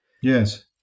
Yes